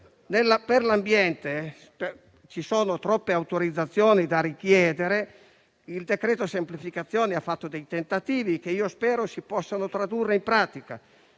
Per l'ambiente ci sono troppe autorizzazioni da richiedere. Il decreto-legge semplificazioni ha fatto dei tentativi, che spero si possano tradurre in pratica,